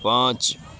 پانچ